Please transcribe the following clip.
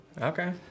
Okay